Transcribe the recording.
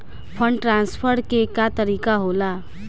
Fund transfer के का तरीका होला?